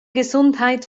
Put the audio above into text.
gesundheit